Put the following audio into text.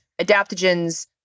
adaptogens